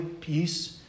peace